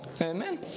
Amen